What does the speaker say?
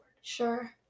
Sure